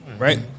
Right